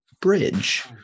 bridge